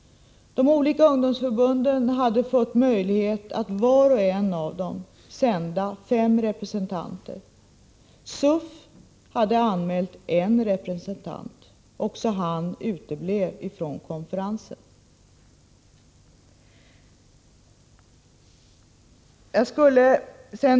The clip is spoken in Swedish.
De olika ungdomsförbunden hade fått möjlighet att sända fem representanter var. CUF hade anmält en representant, men han uteblev från konferensen.